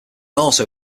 also